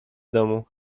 domu